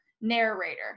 narrator